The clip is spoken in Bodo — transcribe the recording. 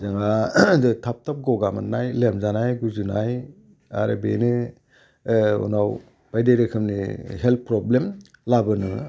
जोंहा थाब थाब गगा मोननाय लोमजानाय गुजुनाय आरो बेनो उनाव बायदि रोखोमनि हेल्थ प्रब्लेम लाबोनो